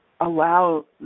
Allow